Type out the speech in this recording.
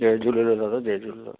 जय झूलेलाल दादा जय झूलेलाल